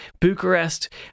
Bucharest